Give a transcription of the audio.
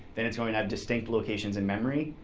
then it's going to have distinct locations in memory,